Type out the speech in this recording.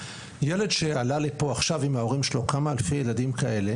ילד שעלה לכאן עכשיו עם ההורים שלו כמה אלפי ילדים כאלה